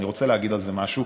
אני רוצה להגיד על זה משהו,